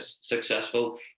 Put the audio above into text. successful